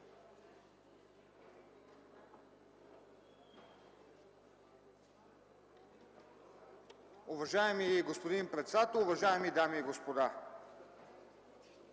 Уважаеми господин председател, уважаеми дами и господа!